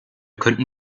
könnten